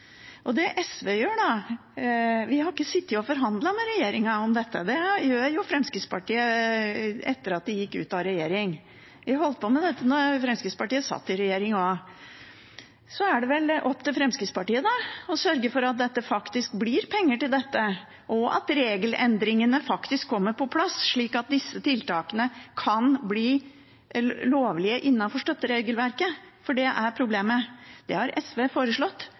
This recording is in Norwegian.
SV har ikke sittet og forhandlet med regjeringen om dette. Det gjør Fremskrittspartiet etter at de gikk ut av regjering, og de holdt på med dette da de satt i regjering også. Da er det vel opp til Fremskrittspartiet å sørge for at det faktisk blir penger til dette, og at regelendringene faktisk kommer på plass slik at disse tiltakene kan bli lovlige innenfor støtteregelverket, for det er problemet. Det har SV foreslått,